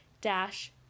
dash